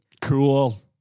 Cool